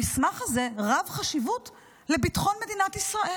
המסמך זה רב-חשיבות לביטחון מדינת ישראל.